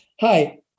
hi